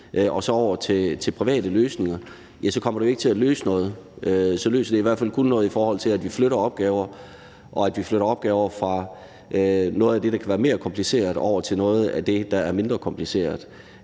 lider, over til private løsninger, så kommer det jo ikke til at løse noget. Så løser det i hvert fald kun noget i den forstand, at vi flytter opgaver, og at vi flytter opgaver fra noget af det, der kan være mere kompliceret, over til noget af det, der er mindre kompliceret.